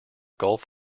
gulf